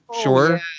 sure